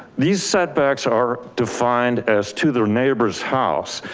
these setbacks are defined as to the neighbor's house,